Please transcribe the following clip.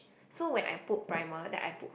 so when I put primer then I put con